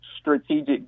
strategic